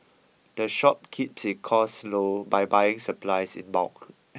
the shop keeps its costs low by buying its supplies in bulk